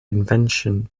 invention